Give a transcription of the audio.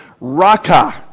Raka